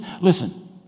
Listen